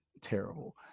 terrible